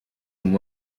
and